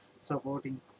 supporting